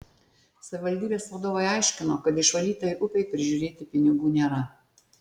savivaldybės vadovai aiškino kad išvalytai upei prižiūrėti pinigų nėra